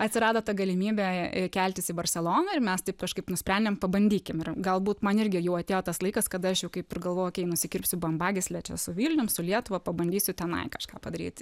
atsirado ta galimybė keltis į barseloną ir mes taip kažkaip nusprendėm pabandykim ir galbūt man irgi jau atėjo tas laikas kada aš jau kaip ir galvojau okei nusikirpsiu bambagyslę čia su vilnium su lietuva pabandysiu tenai kažką padaryt